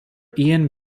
ian